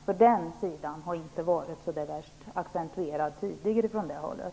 Man har tidigare inte accentuerat den delen särskilt mycket.